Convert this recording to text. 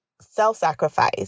self-sacrifice